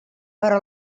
però